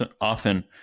often